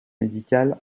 médicale